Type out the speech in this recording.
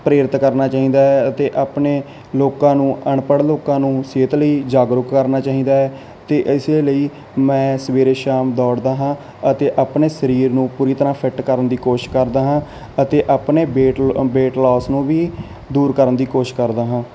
ਪ੍ਰੇਰਿਤ ਕਰਨਾ ਚਾਹੀਦਾ ਹੈ ਅਤੇ ਆਪਣੇ ਲੋਕਾਂ ਨੂੰ ਅਨਪੜ੍ਹ ਲੋਕਾਂ ਨੂੰ ਸਿਹਤ ਲਈ ਜਾਗਰੂਕ ਕਰਨਾ ਚਾਹੀਦਾ ਅਤੇ ਇਸ ਲਈ ਮੈਂ ਸਵੇਰੇ ਸ਼ਾਮ ਦੌੜਦਾ ਹਾਂ ਅਤੇ ਆਪਣੇ ਸਰੀਰ ਨੂੰ ਪੂਰੀ ਤਰ੍ਹਾਂ ਫਿੱਟ ਕਰਨ ਦੀ ਕੋਸ਼ਿਸ਼ ਕਰਦਾ ਹਾਂ ਅਤੇ ਆਪਣੇ ਵੇਟ ਲ ਵੇਟ ਲੋਸ ਨੂੰ ਵੀ ਦੂਰ ਕਰਨ ਦੀ ਕੋਸ਼ਿਸ਼ ਕਰਦਾ ਹਾਂ